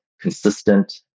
consistent